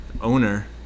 owner